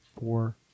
four